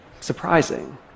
surprising